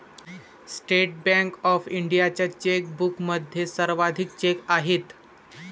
state bank of इंडियाच्या चेकबुकमध्ये सर्वाधिक चेक आहेत